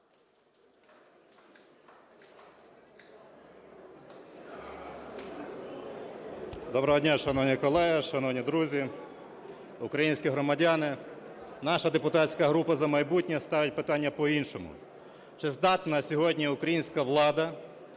Доброго дня, шановні колеги, шановні друзі, українські громадяни. Наша депутатська група "За майбутнє" ставить питання по-іншому. Чи здатна сьогодні українська влада